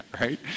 Right